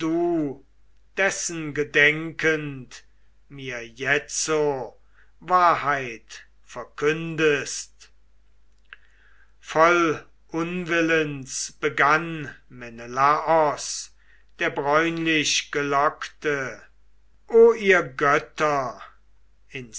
dessen gedenkend mir jetzo wahrheit verkündest voll unwillens begann menelaos der bräunlichgelockte o ihr götter